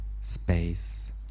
space